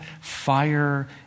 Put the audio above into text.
fire